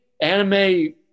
anime